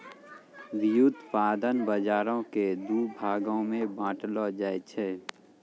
व्युत्पादन बजारो के दु भागो मे बांटलो जाय छै